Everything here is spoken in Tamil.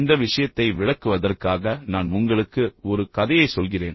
இந்த விஷயத்தை விளக்குவதற்காக நான் உங்களுக்கு ஒரு கதையைச் சொல்கிறேன்